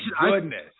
goodness